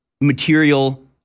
material